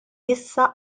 issa